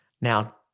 Now